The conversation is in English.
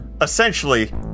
essentially